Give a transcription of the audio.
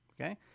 okay